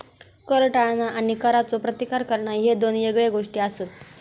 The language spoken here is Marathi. कर टाळणा आणि करचो प्रतिकार करणा ह्ये दोन येगळे गोष्टी आसत